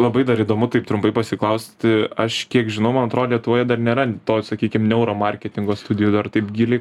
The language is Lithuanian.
labai dar įdomu taip trumpai pasiklausti aš kiek žinau man atrodė lietuvoje dar nėra to sakykim neuromarketingo studijų dar taip giliai